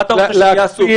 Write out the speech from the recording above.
מה אתה רוצה שהם יעשו?